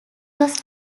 loss